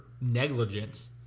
negligence